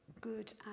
good